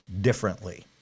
differently